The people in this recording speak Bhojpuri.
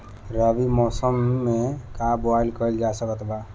रवि के मौसम में का बोआई कईल जा सकत बा?